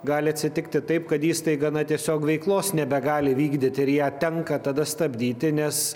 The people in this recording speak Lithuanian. gali atsitikti taip kad įstaiga na tiesiog veiklos nebegali vykdyt ir ją tenka tada stabdyti nes